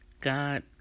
God